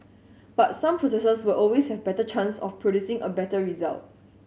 but some processes will always have better chance of producing a better result